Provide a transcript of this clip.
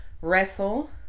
wrestle